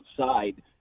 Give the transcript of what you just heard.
outside